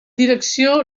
direcció